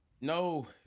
No